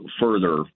further